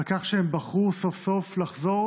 על כך שהם בחרו סוף-סוף לחזור